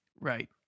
Right